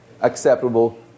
acceptable